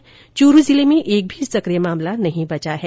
वहीं च्रू जिले में एक भी सकिय मामला नहीं बचा है